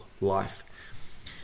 life